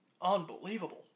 unbelievable